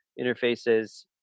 interfaces